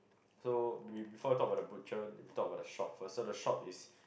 so we before talk about the butcher we talk about the shop first so the shop is